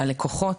הלקוחות,